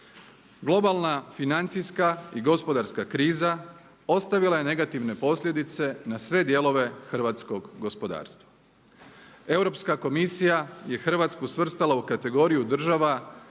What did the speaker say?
Globalna financijska i gospodarska kriza ostavila je negativne posljedice na sve dijelove hrvatskog gospodarstva. Europska komisija je Hrvatsku svrstala u kategoriju država